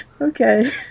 okay